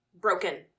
broken